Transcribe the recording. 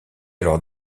alors